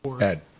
Ed